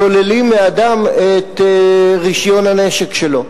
שוללים מאדם את רשיון הנשק שלו,